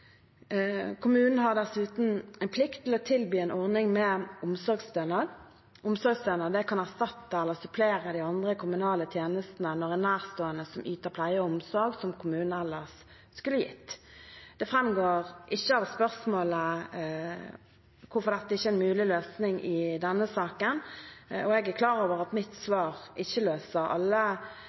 Kommunen har dessuten en plikt til å tilby en ordning med omsorgsstønad. Omsorgsstønad kan erstatte eller supplere de andre kommunale tjenestene når en nærstående yter pleie og omsorg som kommunen ellers skulle gitt. Det framgår ikke av spørsmålet hvorfor dette ikke er en mulig løsning i denne saken. Jeg er klar over at mitt svar ikke løser alle